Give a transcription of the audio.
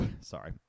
Sorry